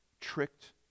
tricked